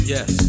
Yes